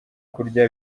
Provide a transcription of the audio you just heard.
kurya